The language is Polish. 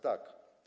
Tak.